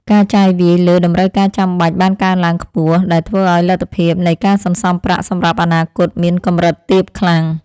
ការចាយវាយលើតម្រូវការចាំបាច់បានកើនឡើងខ្ពស់ដែលធ្វើឱ្យលទ្ធភាពនៃការសន្សំប្រាក់សម្រាប់អនាគតមានកម្រិតទាបខ្លាំង។